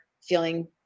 feeling